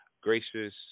gracious